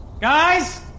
Guys